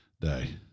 day